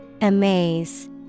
Amaze